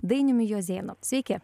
dainiumi juozėnu sveiki